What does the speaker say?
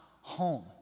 home